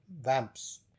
vamps